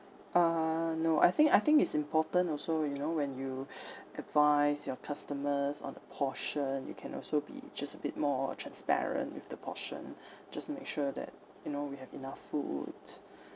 uh no I think I think it's important also you know when you advise your customers on the portion you can also be just a bit more transparent with the portion just make sure that you know we have enough food